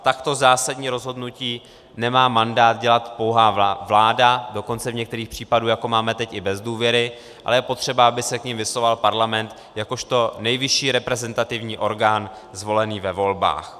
Takto zásadní rozhodnutí nemá mandát dělat pouhá vláda, dokonce v některých případech jako máme teď i bez důvěry, ale je potřeba, aby se k nim vyslovoval parlament jakožto nejvyšší reprezentativní orgán zvolený ve volbách.